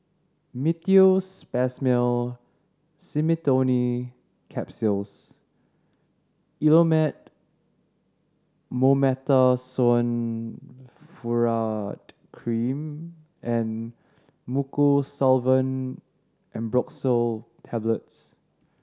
Meteospasmyl Simeticone Capsules Elomet Mometasone Furoate Cream and Mucosolvan Ambroxol Tablets